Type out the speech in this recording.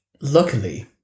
Luckily